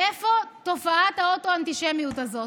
מאיפה תופעת האוטו-האנטישמיות הזאת,